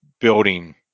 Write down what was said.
building